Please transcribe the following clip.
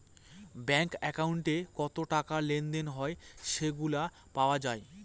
bank একাউন্টে কত টাকা লেনদেন হয় সেগুলা পাওয়া যায়